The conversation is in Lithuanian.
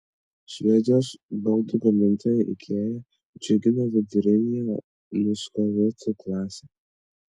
švedijos baldų gamintoja ikea džiugina viduriniąją muskovitų klasę